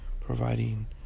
providing